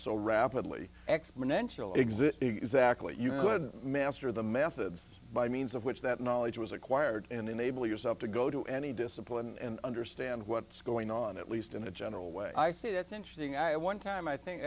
so rapidly exponential exist exactly you would master the methods by means of which that knowledge was acquired and enable yourself to go to any discipline and understand what's going on at least in a general way i say that's interesting i one time i think